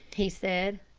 he said,